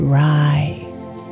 rise